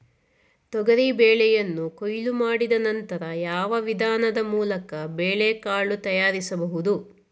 ತೊಗರಿ ಬೇಳೆಯನ್ನು ಕೊಯ್ಲು ಮಾಡಿದ ನಂತರ ಯಾವ ವಿಧಾನದ ಮೂಲಕ ಬೇಳೆಕಾಳು ತಯಾರಿಸಬಹುದು?